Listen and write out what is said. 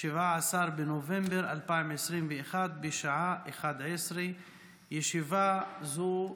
17 בנובמבר 2021, בשעה 11:00. ישיבה זו